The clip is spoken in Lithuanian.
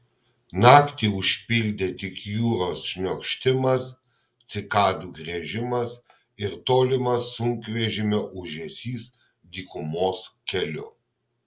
naktį užpildė tik jūros šniokštimas cikadų griežimas ir tolimas sunkvežimio ūžesys dykumos keliu